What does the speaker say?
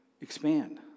Expand